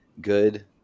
good